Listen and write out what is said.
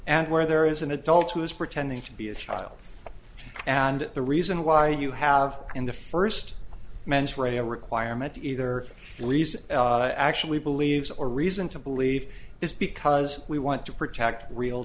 and where there is an adult who is pretending to be a child and the reason why you have in the first men's wear a requirement either police actually believes or reason to believe is because we want to protect real